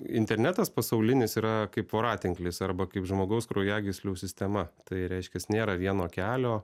internetas pasaulinis yra kaip voratinklis arba kaip žmogaus kraujagyslių sistema tai reiškias nėra vieno kelio